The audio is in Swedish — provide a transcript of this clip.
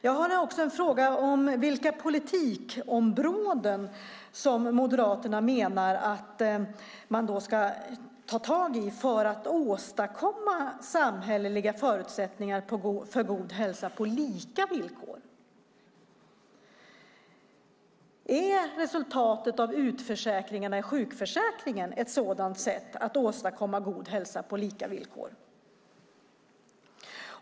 Jag undrar vilka politikområden Moderaterna menar att man ska ta tag i för att åstadkomma samhälleliga förutsättningar för god hälsa på lika villkor. Är resultatet av utförsäkringarna i sjukförsäkringen ett sätt att åstadkomma god hälsa på lika villkor?